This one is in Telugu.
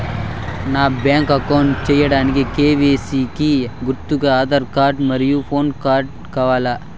బ్యాంక్ అకౌంట్ సేయడానికి కె.వై.సి కి గుర్తుగా ఆధార్ కార్డ్ మరియు పాన్ కార్డ్ కావాలా?